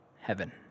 heaven